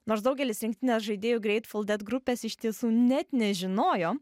nors daugelis rinktinės žaidėjų greitful ded grupės iš tiesų net nežinojo